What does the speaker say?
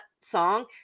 song